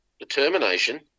determination